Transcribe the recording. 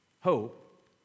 hope